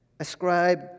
Ascribe